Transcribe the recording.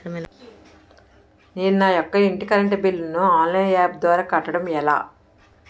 నేను నా యెక్క ఇంటి కరెంట్ బిల్ ను ఆన్లైన్ యాప్ ద్వారా కట్టడం ఎలా?